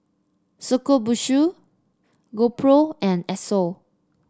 Shokubutsu GoPro and Esso